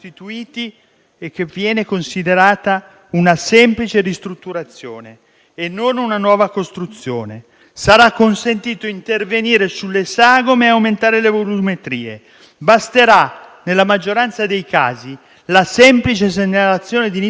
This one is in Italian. che viene considerata una semplice ristrutturazione e non una nuova costruzione. Sarà consentito intervenire sulle sagome e aumentare le volumetrie. Basterà, nella maggioranza dei casi, la semplice segnalazione di inizio attività.